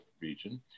region